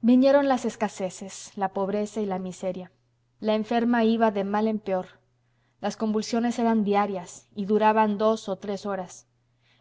vinieron las escaseces la pobreza y la miseria la enferma iba de mal en peor las convulsiones eran diarias y duraban dos o tres horas